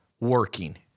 working